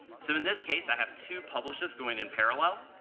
so in this case, i have two publishes going in parallel.